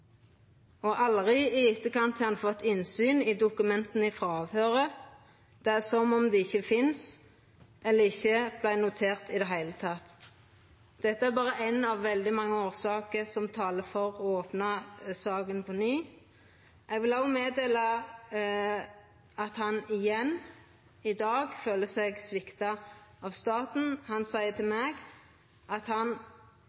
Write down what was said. og fnising. Han har aldri i etterkant fått innsyn i dokumenta frå avhøyret. Det er som om dei ikkje finst, eller at det ikkje vart notert i det heile teke. Dette er berre ei av veldig mange årsaker som taler for å opna saka på ny. Eg vil òg seia at han i dag igjen føler seg svikta av staten. Han seier til